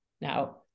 Now